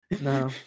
No